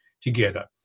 together